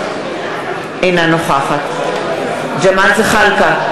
אינה נוכחת ג'מאל זחאלקה,